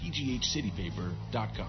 pghcitypaper.com